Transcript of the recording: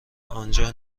آنجا